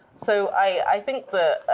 so i think that